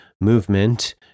movement